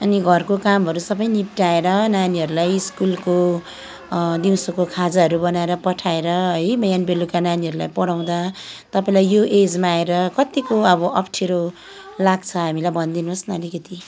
अनि घरको कामहरू सबै निप्ट्याएर नानीहरूलाई स्कुलको दिउँसोको खाजाहरू बनाएर पठाएर है बिहान बेलुका नानीहरूलाई पढाउँदा तपाईँलाई यो एजमा आएर कत्तिको अब अप्ठ्यारो लाग्छ हामीलाई भन्दिनुहोस् न अलिकति